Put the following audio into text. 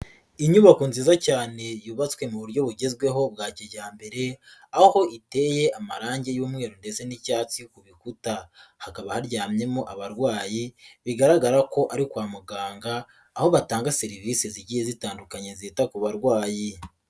Inyubako nziza cyane yubatswe mu buryo bugezweho bwa kijyambere aho iteye amarangi y'umweru ndetse n'icyatsi ku bikuta, hakaba haryamyemo abarwayi bigaragara ko ari kwa muganga aho batanga serivise zigiye zitandukanye zita ku barwayi.